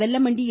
Vellamandi என்